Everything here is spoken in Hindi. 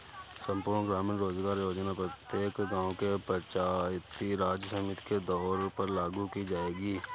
संपूर्ण ग्रामीण रोजगार योजना प्रत्येक गांव के पंचायती राज समिति के तौर पर लागू की जाएगी